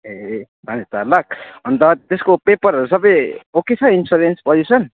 ए साढे चार लाख अन्त त्यसको पेपेरहरू सबै ओके छ इन्सोरेन्स पोलुसन